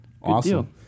Awesome